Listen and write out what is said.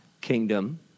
kingdom